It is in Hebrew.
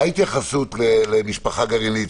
מה ההתייחסות למשפחה גרעינית,